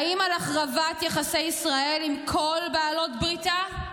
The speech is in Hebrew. האם על החרבת יחסי ישראל עם כל בעלות בריתה?